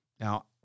Now